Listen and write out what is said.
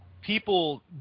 People